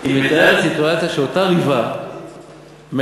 היא מתארת סיטואציה שאותה ריבה מלקטת